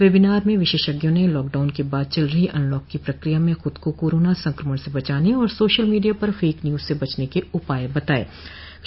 webinar में विशेषज्ञों ने लॉकडाउन के बाद चल रही अनलॉक की प्रक्रिया में खुद को कोरोना संक्रमण से बचाने और और सोशल मीडिया पर फेक न्यूज से बचने के उपाय बताये गये